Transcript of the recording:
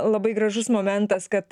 labai gražus momentas kad